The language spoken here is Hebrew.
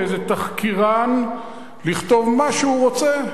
לאיזה תחקירן לכתוב מה שהוא רוצה?